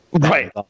Right